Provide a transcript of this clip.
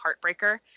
Heartbreaker